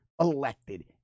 elected